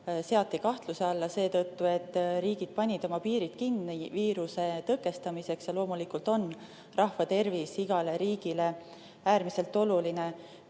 seati kahtluse alla seetõttu, et riigid panid oma piirid kinni viiruse tõkestamiseks. Loomulikult on rahva tervis igale riigile äärmiselt oluline.